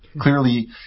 clearly